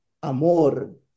amor